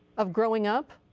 of growing up?